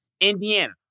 Indiana